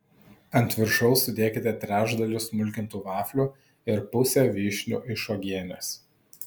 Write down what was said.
ant viršaus sudėkite trečdalį smulkintų vaflių ir pusę vyšnių iš uogienės